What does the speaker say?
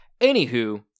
Anywho